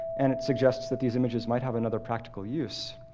and it suggests that these images might have another practical use,